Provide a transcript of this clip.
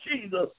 Jesus